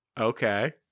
Okay